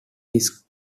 this